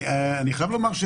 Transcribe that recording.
אני חייב לומר,